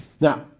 Now